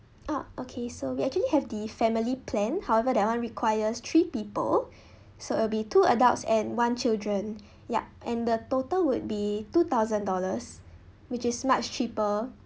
ah okay so we actually have the family plan however that one requires three people so it'll be two adults and one children yup and the total would be two thousand dollars which is much cheaper